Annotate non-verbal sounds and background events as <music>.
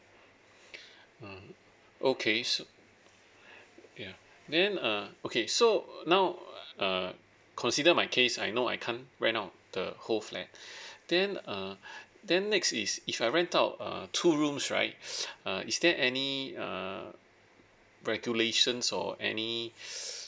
<breath> uh okay so ya then uh okay so now uh consider my case I know I can't rent out the whole flat <breath> then uh then next is if I rent out uh two rooms right <breath> uh is there any uh regulations or any <breath>